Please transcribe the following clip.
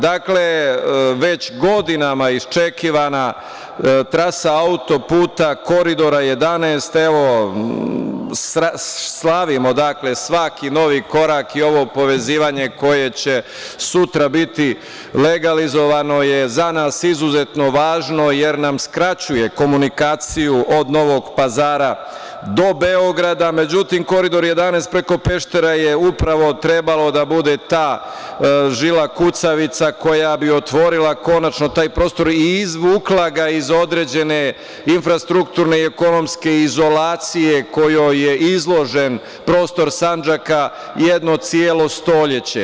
Dakle, već godinama iščekivana trasa auto-puta Koridora 11, evo, slavimo, dakle, svaki novi korak i ovo povezivanje koje će sutra biti legalizovano i to je za nas izuzetno važno jer nam skraćuje komunikaciju od Novog Pazara do Beograda, međutim, Koridor 11 preko Peštera je upravo trebalo da bude ta žila kucavica koja bi otvorila konačno taj prostor i izvukla ga iz određene infrastrukturne i ekonomske izolacije kojoj je izložen prostor Sandžaka jedno celo stoleće.